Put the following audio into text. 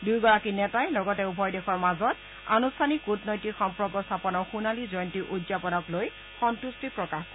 দুয়োগাৰী নেতাই লগতে উভয় দেশৰ মাজত আনুষ্ঠানিক কৃটনৈতিক সম্পৰ্ক স্থাপনৰ সোণালী জয়ন্তী উদযাপনক লৈ সম্ভট্টি প্ৰকাশ কৰে